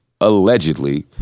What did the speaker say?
allegedly